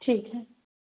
ٹھیک ہے